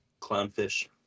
Clownfish